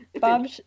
Bob